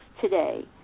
today